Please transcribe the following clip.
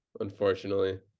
unfortunately